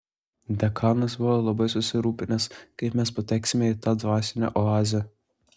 dekanas buvo labai susirūpinęs kaip mes pateksime į tą dvasinę oazę